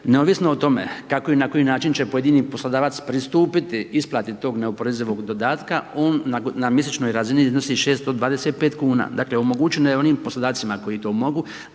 neovisno o tome, kako i na koji način će pojedini poslodavac pristupiti isplati tog neoporezivog dodatka, on na mjesečnoj razini iznosi 625 kn. Dakle, omogućeno je onim poslodavcima koji to mogu,